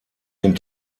den